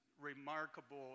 remarkable